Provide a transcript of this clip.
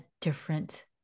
different